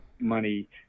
money